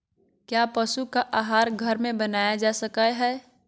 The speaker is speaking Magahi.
क्या पशु का आहार घर में बनाया जा सकय हैय?